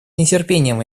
нетерпением